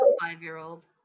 five-year-old